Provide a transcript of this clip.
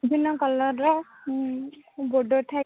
ବିଭିନ୍ନ କଲରର ଗୋଡ଼ ଠାଇ